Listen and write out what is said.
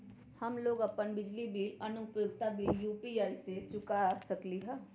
हम लोग अपन बिजली बिल और अन्य उपयोगिता बिल यू.पी.आई से चुका सकिली ह